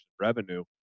revenue